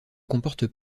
comportent